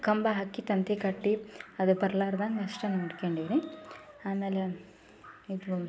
ಕಂಬ ಹಾಕಿ ತಂತಿ ಕಟ್ಟಿ ಅದು ಬರಲಾರ್ದಂಗ ಅಷ್ಟೇ ನೋಡ್ಕೊಂಡೀವ್ರಿ ಆಮೇಲೆ ಇದು